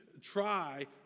try